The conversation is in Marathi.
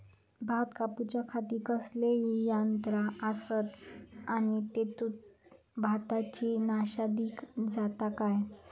भात कापूच्या खाती कसले यांत्रा आसत आणि तेतुत भाताची नाशादी जाता काय?